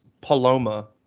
Paloma